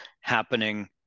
happening